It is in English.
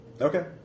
Okay